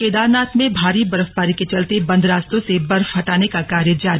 केदारनाथ में भारी बर्फबारी के चलते बंद रास्तों से बर्फ हटाने का कार्य जारी